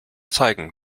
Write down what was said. zeigen